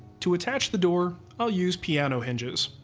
to attach the door, i'll use piano hinges.